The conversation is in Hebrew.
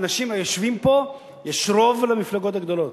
האנשים היושבים פה, יש רוב למפלגות הגדולות.